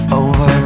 over